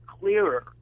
clearer